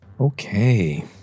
Okay